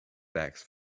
bags